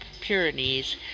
Pyrenees